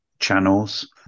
channels